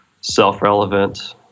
self-relevant